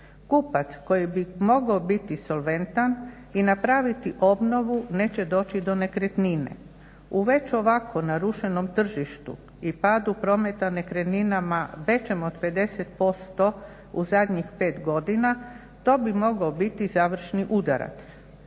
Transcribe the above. Kupac koji bi mogao biti solventan i napraviti obnovu neće doći do nekretnine. U već ovako narušenom tržištu i padu prometa nekretninama većem od 50% u zadnjih 5 godina to bi mogao biti završni udarac.